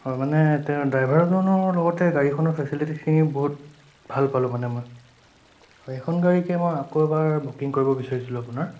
অঁ মানে তেওঁ ড্ৰাইভাৰজনৰ লগতে গাড়ীখনৰ ফেচিলিটিখিনি বহুত ভাল পালোঁ মানে হয় সেইখন গাড়ীকে মই আকৌ এবাৰ বুকিং কৰিব বিচাৰিছিলোঁ আপোনাৰ